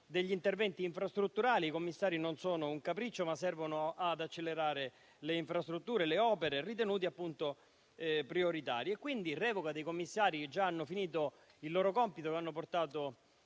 degli interventi infrastrutturali. I commissari non sono un capriccio, ma servono ad accelerare le infrastrutture e le opere ritenute prioritarie. È prevista la revoca dei commissari che già hanno finito il loro compito, e hanno terminato